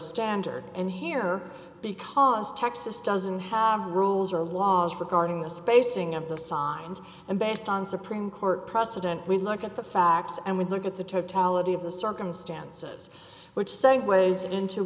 standard in here because texas doesn't have rules or laws regarding the spacing of the signs and based on supreme court precedent we look at the facts and we look at the totality of the circumstances which segues into